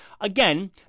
Again